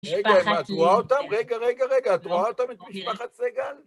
רגע, אתה רואה אותם? רגע, רגע, רגע, אתה רואה אותם את משפחת סגל?